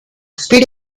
speedy